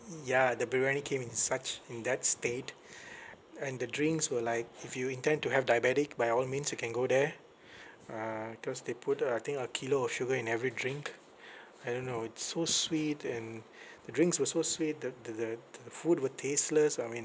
y~ ya the biryani came in such in that state and the drinks were like if you intend to have diabetic by all means you can go there uh cause they put uh I think a kilo of sugar in every drink I don't know it's so sweet and the drinks were so sweet that the the th~ the food were tasteless I mean